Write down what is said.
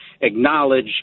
acknowledge